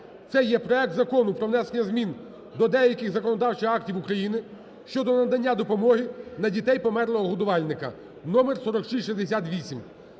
це є проект Закону про внесення змін до деяких законодавчих актів України щодо надання допомоги на дітей померлого годувальника (номер 4668)